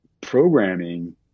programming